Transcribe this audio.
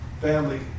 family